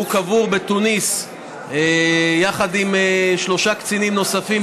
הוא קבור בתוניס יחד עם שלושה קצינים נוספים,